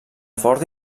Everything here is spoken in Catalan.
forta